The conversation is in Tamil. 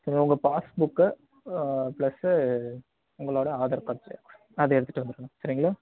சரி உங்கள் பாஸ்புக்கு ப்ளஸ்ஸு உங்களோட ஆதார் கார்ட் ஜெராக்ஸ் அதை எடுத்துகிட்டு வந்துருங்க சரிங்ளா